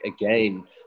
again